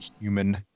human